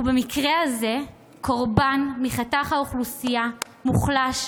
ובמקרה הזה, קורבנות מחתך אוכלוסייה מוחלש,